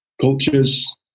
cultures